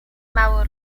mało